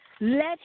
Let